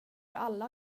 alla